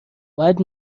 باید